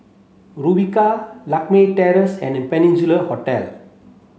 Rumbia Lakme Terrace and Peninsula Hotel